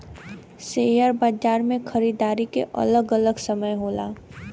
share बाजार मे खरीदारी के अलग अलग समय होला